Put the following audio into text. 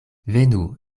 venu